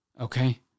okay